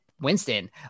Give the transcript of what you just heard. Winston